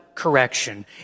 Correction